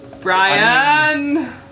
Brian